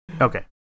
okay